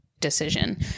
decision